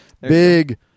big